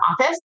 office